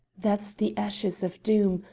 that's the ashes of doom,